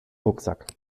rucksack